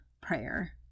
prayer